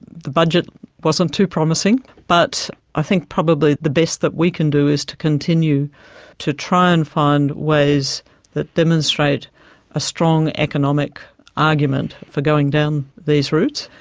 the budget wasn't too promising, but i think probably the best that we can do is to continue to try and find ways that demonstrate a strong economic argument for going down these routes.